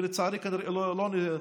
ולצערי כנראה לא נצליח,